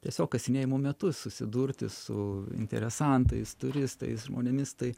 tiesiog kasinėjimų metu susidurti su interesantais turistais žmonėmis tai